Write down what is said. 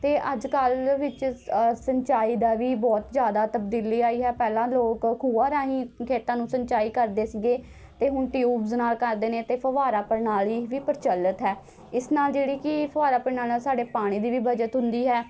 ਅਤੇ ਅੱਜ ਕੱਲ੍ਹ ਵਿੱਚ ਸਿੰਚਾਈ ਦਾ ਵੀ ਬਹੁਤ ਜ਼ਿਆਦਾ ਤਬਦੀਲੀ ਆਈ ਹੈ ਪਹਿਲਾਂ ਲੋਕ ਖੂਹਾਂ ਰਾਹੀਂ ਖੇਤਾਂ ਨੂੰ ਸਿੰਚਾਈ ਕਰਦੇ ਸੀਗੇ ਅਤੇ ਹੁਣ ਟਿਊਬਜ਼ ਨਾਲ਼ ਕਰਦੇ ਨੇ ਅਤੇ ਫੁਹਾਰਾ ਪ੍ਰਣਾਲੀ ਵੀ ਪ੍ਰਚਲਿਤ ਹੈ ਇਸ ਨਾਲ਼ ਜਿਹੜੀ ਕਿ ਫੁਹਾਰਾ ਪ੍ਰਣਾਲੀ ਨਾਲ਼ ਸਾਡੇ ਪਾਣੀ ਦੀ ਵੀ ਬੱਚਤ ਹੁੰਦੀ ਹੈ